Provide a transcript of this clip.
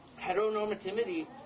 Heteronormativity